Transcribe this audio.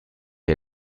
ihr